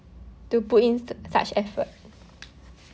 to put in su~ such effort